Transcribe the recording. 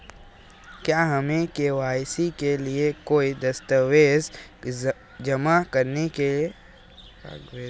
क्या हमें के.वाई.सी के लिए कोई दस्तावेज़ जमा करने की आवश्यकता है?